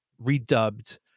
redubbed